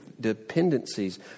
dependencies